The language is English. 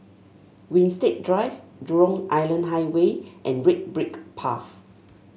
Winstedt Drive Jurong Island Highway and Red Brick Path